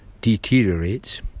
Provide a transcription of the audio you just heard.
deteriorates